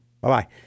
Bye-bye